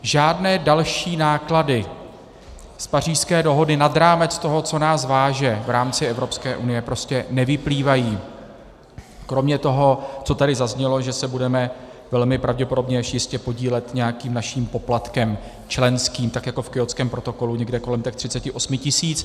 Žádné další náklady z Pařížské dohody nad rámec toho, co nás váže v rámci Evropské unie, prostě nevyplývají kromě toho, co tady zaznělo, že se budeme velmi pravděpodobně až jistě podílet nějakým naším poplatkem, členským, tak jako v Kjótském protokolu, někde kolem těch 38 tisíc.